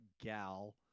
gal